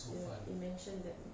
ya you mentioned them